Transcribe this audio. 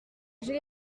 j’ai